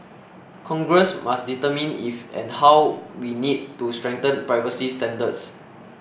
congress must determine if and how we need to strengthen privacy standards